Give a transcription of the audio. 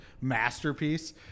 masterpiece